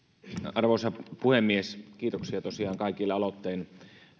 arvoisa puhemies kiitoksia tosiaan kaikille aloitteen